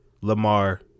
Lamar